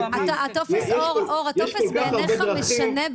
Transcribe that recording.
הטופס בעיניך משנה?